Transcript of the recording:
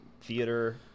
theater